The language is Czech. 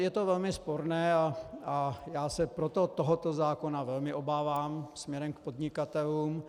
Je to velmi sporné, a já se proto tohoto zákona velmi obávám směrem k podnikatelům.